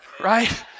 right